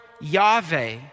Yahweh